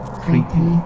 creepy